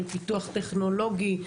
פיתוח טכנולוגי,